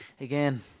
Again